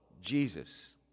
Jesus